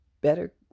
better